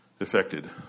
affected